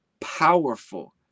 powerful